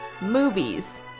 movies